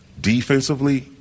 defensively